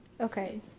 Okay